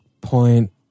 point